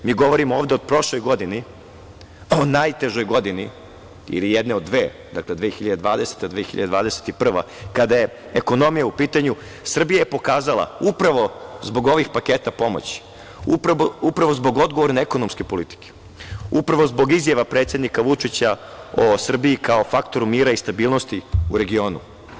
Mi govorimo ovde o prošloj godini, o najtežoj godini, ili jednoj od dve, dakle 2020, 2021. godina kada je ekonomija u pitanju Srbija je pokazala upravo zbog ovih paketa pomoći, upravo zbog odgovorne ekonomske politike, upravo zbog izjava predsednika Vučića o Srbiji kao faktoru mira i stabilnosti u regionu.